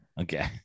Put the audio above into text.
Okay